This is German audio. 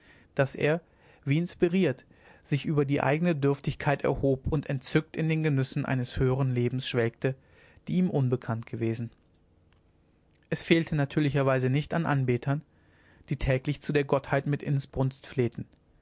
daß er wie inspiriert sich über die eigne dürftigkeit erhob und entzückt in den genüssen eines höheren lebens schwelgte die ihm unbekannt gewesen es fehlte natürlicherweise nicht an anbetern die täglich zu der gottheit mit inbrunst flehten